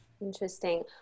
Interesting